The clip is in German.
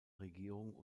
regierung